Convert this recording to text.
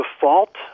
default –